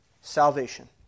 salvation